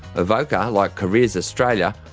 evocca, like careers australia,